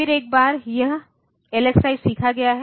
फिर एक बार यह LXI सीखा गया है